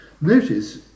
Notice